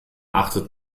achtet